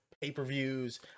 pay-per-views